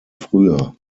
früher